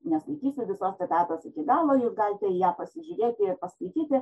neskaitysiu visos citatos iki galo jūs galite į ją pasižiūrėti ir paskaityti